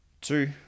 Two